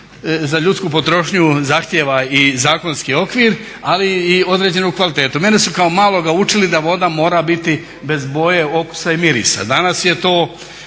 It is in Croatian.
za ljudsku potrošnju zahtjeva i zakonski okvir, ali i određenu kvalitetu. Mene su kao maloga učili da voda mora biti bez boje, okusa i mirisa.